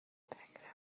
فکر